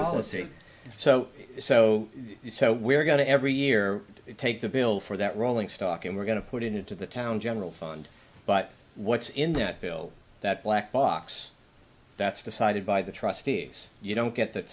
it so so so we're going to every year take the bill for that rolling stock and we're going to put it into the town general fund but what's in that bill that black box that's decided by the trustees you don't get that